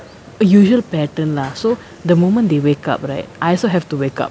usual pattern lah so the moment they wake up right I also have to wake up